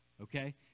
Okay